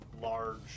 large